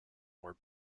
were